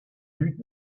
dud